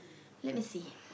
let me see